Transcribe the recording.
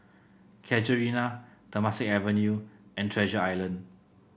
Casuarina Temasek Avenue and Treasure Island